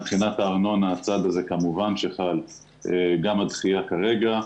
מבחינת ארנונה הצעד הזה כמובן שחל גם על דחייה כרגע,